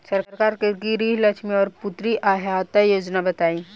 सरकार के गृहलक्ष्मी और पुत्री यहायता योजना बताईं?